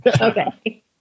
Okay